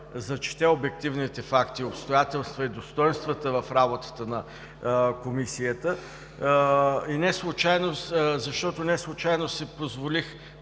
зачете обективните факти и обстоятелства и достойнствата в работата на Комисията. Не случайно си позволих